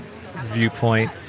viewpoint